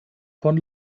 von